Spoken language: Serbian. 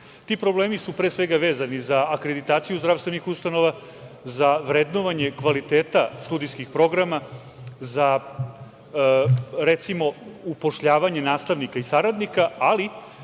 Ti problemi su vezani za akreditaciju zdravstvenih ustanova, za vrednovanje kvaliteta studijskih programa, za upošljavanje nastavnika i saradnika, ali